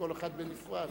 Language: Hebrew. כל אחת בנפרד.